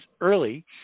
early